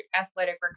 athletic